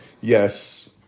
yes